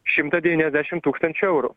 šimtą devyniasdešim tūkstančių eurų